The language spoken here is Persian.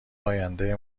آینده